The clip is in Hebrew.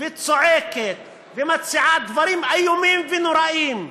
וצועקת ומציעה דברים איומים ונוראים,